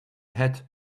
hat